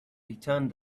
returned